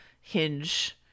hinge